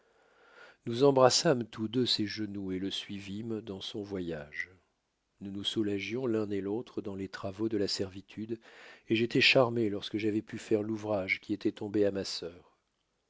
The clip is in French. nous embrassâmes tous deux ses genoux et le suivîmes dans son voyage nous nous soulagions l'un et l'autre dans les travaux de la servitude et j'étois charmé lorsque j'avois pu faire l'ouvrage qui étoit tombé à ma sœur